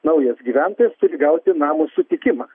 naujas gyventojas turi gauti namo sutikimą